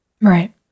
Right